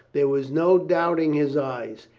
there was no doubting his eyes.